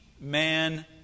man